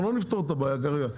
אנחנו לא נפתור את הבעיה כרגע.